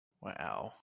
Wow